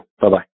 Bye-bye